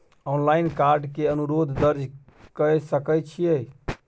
Online card के अनुरोध दर्ज के सकै छियै?